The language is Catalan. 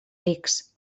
rics